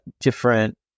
different